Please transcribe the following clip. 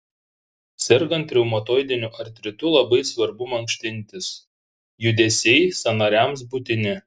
sergant reumatoidiniu artritu labai svarbu mankštintis judesiai sąnariams būtini